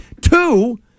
Two